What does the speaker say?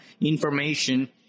information